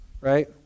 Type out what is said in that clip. right